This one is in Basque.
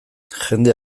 jende